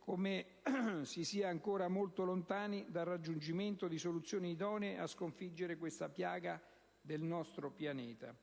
come si sia ancora molto lontani dal raggiungimento di soluzioni idonee a sconfiggere questa piaga del nostro pianeta.